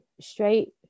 straight